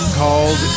called